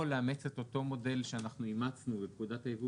או לאמץ את אותו מודל שאנחנו אימצנו בפקודת היבוא